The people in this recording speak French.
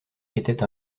étaient